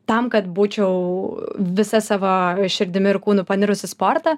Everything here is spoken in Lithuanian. tam kad būčiau visa savo širdimi ir kūnu panirus į sportą